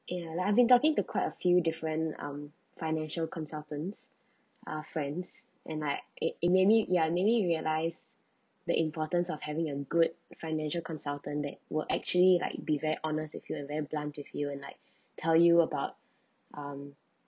you know I've been talking to quite a few different um financial consultants uh friends and like it it maybe ya maybe you realise the importance of having a good financial consultant that will actually like be very honest with you and very with you and like tell you about um